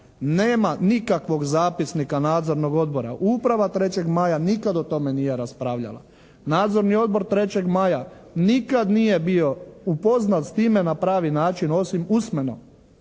Nema nikakvog zapisnika nadzornog odbora, uprava 3. maja nikada o tome nije raspravljala. Nadzorni odbor 3. maja nikad nije bio upoznat s time na pravi način osim usmeno,